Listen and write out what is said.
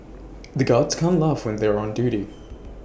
the guards can't laugh when they are on duty